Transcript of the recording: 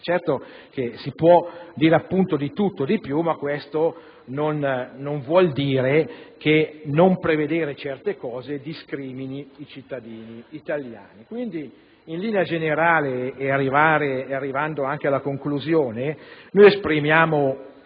certamente affermare di tutto e di più, ma questo non vuole dire che non prevedere certe cose discrimini i cittadini italiani. Quindi, in linea generale e arrivando anche alla conclusione, esprimiamo